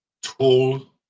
Tall